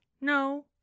No